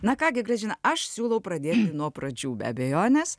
na ką gi grąžina aš siūlau pradėti nuo pradžių be abejonės